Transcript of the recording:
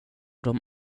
dem